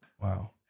Wow